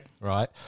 right